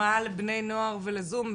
מה לבני נוער ולזום?